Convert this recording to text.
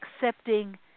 accepting